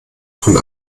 von